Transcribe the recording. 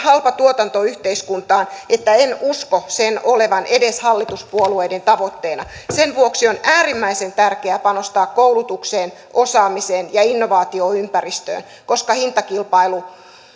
halpatuotantoyhteiskuntaan että en usko sen olevan edes hallituspuolueiden tavoitteena sen vuoksi on äärimmäisen tärkeää panostaa koulutukseen osaamiseen ja innovaatioympäristöön koska